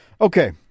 Okay